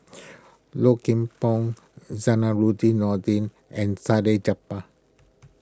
Low Kim Pong Zainudin Nordin and Salleh Japar